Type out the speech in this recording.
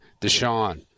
Deshaun